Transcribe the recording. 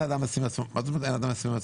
מה זה אומר?